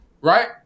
right